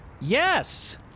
Yes